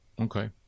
Okay